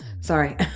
sorry